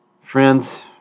friends